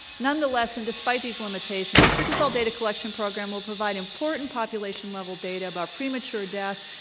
nonetheless, and despite these limitations, the sickle cell data collection program will provide important population-level data about premature death,